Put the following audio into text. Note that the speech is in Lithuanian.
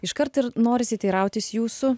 iškart ir norisi teirautis jūsų